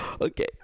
okay